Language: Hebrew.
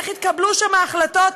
איך התקבלו שם החלטות.